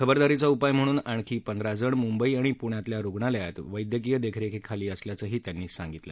खबरदारीचा उपाय म्हणून म्हणून आणखी पंधरा जण मुंबई आणि पुण्यातल्या रुग्णालयांत वैद्यकीय दखेखीखाली असल्यायंही त्यांनी सांगितलं